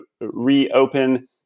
reopen